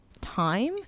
time